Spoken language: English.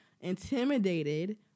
intimidated